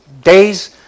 days